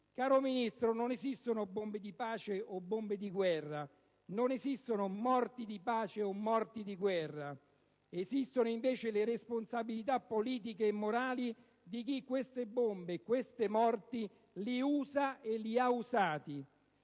Caro Ministro, non esistono bombe di pace o bombe di guerra. Non esistono morti di pace o morti di guerra. Esistono invece le responsabilità politiche e morali di chi queste bombe e queste morti usa e ha usato.